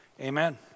Amen